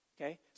okay